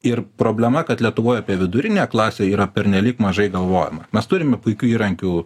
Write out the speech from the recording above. ir problema kad lietuvoj apie vidurinę klasę yra pernelyg mažai galvojama mes turime puikių įrankių